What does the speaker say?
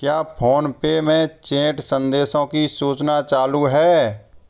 क्या फ़ोन पे में चैट संदेशों की सूचना चालू हैं